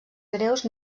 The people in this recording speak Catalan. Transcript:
greus